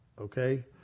Okay